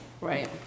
Right